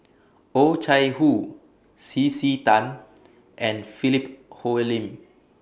Oh Chai Hoo C C Tan and Philip Hoalim